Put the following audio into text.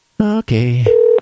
Okay